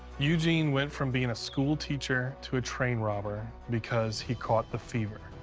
eugene went from being a schoolteacher to a train robber because he caught the fever.